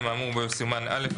(2)האמור בו יסומן "(א)",